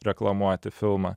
reklamuoti filmą